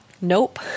Nope